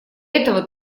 этого